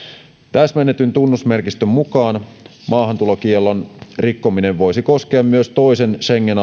täsmennetyn tunnusmerkistön mukaan maahantulokiellon rikkominen voisi koskea myös toisen